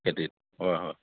খেতিত হয় হয়